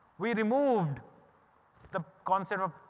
we removed the concept of,